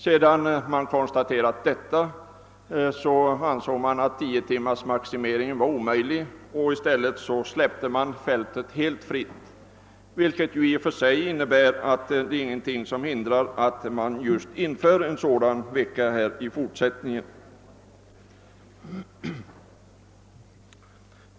Sedan man konstaterat detta ansågs det att en 10-timmarsmaximering var omöjlig, och i stället lämnade man fältet helt öppet. Detta innebär att det inte är någonting som hindrar att man inför en sådan 4-dagarsvecka.